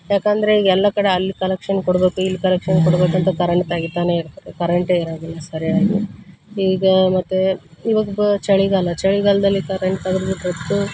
ಯಾಕಂದ್ರೆ ಈಗ ಎಲ್ಲ ಕಡೆ ಅಲ್ಲಿ ಕಲೆಕ್ಷನ್ ಕೊಡಬೇಕು ಇಲ್ಲಿ ಕಲೆಕ್ಷನ್ ಕೊಡ್ಬೇಕಂತ ಕರೆಂಟ್ ತೆಗಿತಾನೆ ಇರ್ತಾರೆ ಕರೆಂಟೇ ಇರೋದಿಲ್ಲ ಸರಿಯಾಗಿ ಈಗ ಮತ್ತು ಇವಾಗ್ ಬ ಚಳಿಗಾಲ ಚಳಿಗಾಲ್ದಲ್ಲಿ ಕರೆಂಟ್ ತೆಗದ್ಬಿಟ್ರಂತೂ